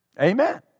Amen